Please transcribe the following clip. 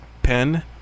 Pen